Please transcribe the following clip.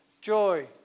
joy